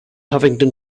huffington